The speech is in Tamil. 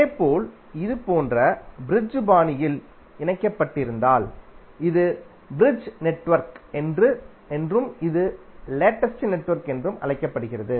இதேபோல் இது போன்ற பிரிட்ஜ் பாணியில் இணைக்கப்பட்டிருந்தால் இது பிரிட்ஜ் நெட்வொர்க் என்றும் இது லேட்டஸ்ட் நெட்வொர்க் என்றும் அழைக்கப்படுகிறது